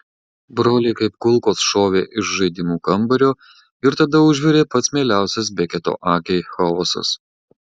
broliai kaip kulkos šovė iš žaidimų kambario ir tada užvirė pats mieliausias beketo akiai chaosas